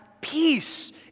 peace